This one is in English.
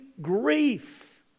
grief